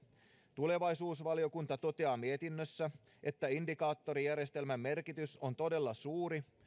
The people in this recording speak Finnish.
tulevaisuusvaliokunta toteaa mietinnössä että indikaattorijärjestelmän merkitys on todella suuri